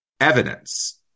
evidence